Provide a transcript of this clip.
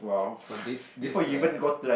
so this this uh